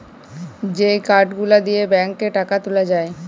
যেই কার্ড গুলা দিয়ে ব্যাংকে টাকা তুলে যায়